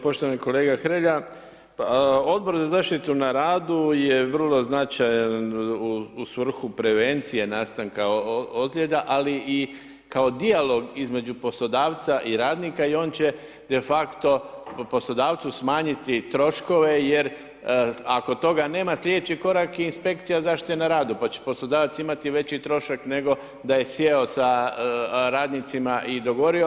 Poštovani kolega Hrelja, pa Odbor za zaštitu na radu je vrlo značajan u svrhu prevencije nastanka ozljeda ali kao i dijalog između poslodavca i radnika i on će de facto poslodavcu smanjiti troškove, jer ako toga nema sljedeći korak je inspekcija zaštite na radu, pa će poslodavac imati veći trošak, nego da je sjeo sa radnicima i dogovorio.